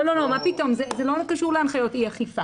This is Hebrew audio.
לא, מה פתאום, זה לא קשור להנחיות אי אכיפה.